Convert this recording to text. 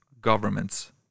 governments